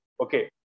Okay